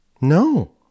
No